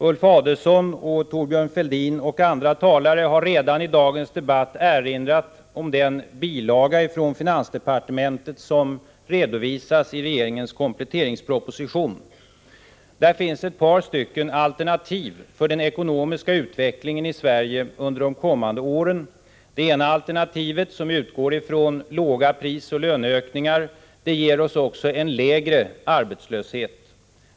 Ulf Adelsohn och Thorbjörn Fälldin och andra talare har i dagens debatt redan erinrat om den bilaga från finansdepartementet som redovisas i regeringens kompletteringsproposition. Där finns ett par alternativ för den ekonomiska utvecklingen i Sverige under de kommande åren. Det ena alternativet, som utgår från låga prisoch löneökningar, ger oss en lägre arbetslöshet.